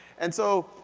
and so,